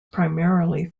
primarily